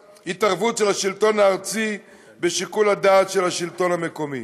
השלטון הארצי בשיקול הדעת של השלטון המקומי.